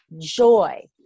joy